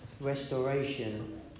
restoration